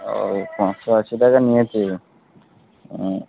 ও পাঁচশো আশি টাকা নিয়েছে হুম